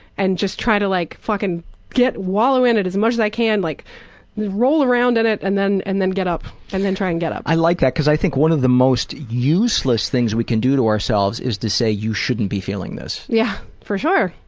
and just try to like fucking get wallow in it as much as i can, like roll around in it and then and then get up and then try and get up. i like that because i think one of the most useless things we can do to ourselves is to say you shouldn't be feeling this. yeah for sure,